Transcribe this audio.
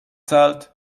zahlt